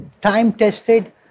time-tested